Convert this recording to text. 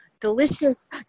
delicious